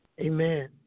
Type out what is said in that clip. Amen